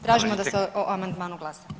Tražimo da se o amandmanu glasa.